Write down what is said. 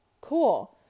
Cool